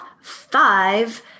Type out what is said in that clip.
five